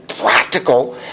practical